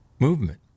movement